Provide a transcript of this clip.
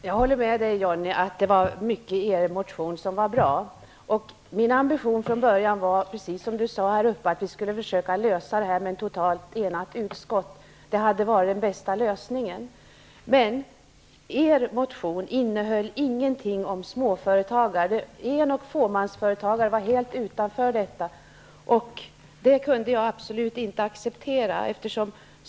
Fru talman! Jag håller med Johnny Ahlqvist att det var mycket i er motion som var bra. Min ambition var från början -- precis som Johnny Ahlqvist sade -- att vi skulle försöka lösa frågan i ett helt enigt utskott. Det hade varit den bästa lösningen. Men er motion innehöll ingenting om småföretagare. En och fåmansföretagaren var helt utanför detta. Det kunde jag absolut inte acceptera.